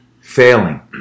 failing